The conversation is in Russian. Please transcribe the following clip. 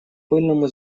пыльному